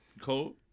Cold